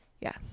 Yes